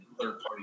third-party